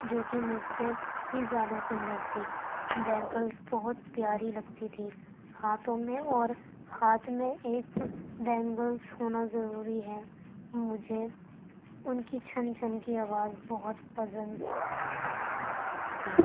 جوکہ مجھ سے بھی زیادہ سندر تھی بینگلس بہت پیاری لگتی تھی ہاتھوں میں اور ہاتھ میں ایک بینگلس ہونا ضروری ہیں مجھے ان کی چھن چھن کی اواز بہت پسند تھیں